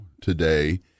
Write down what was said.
today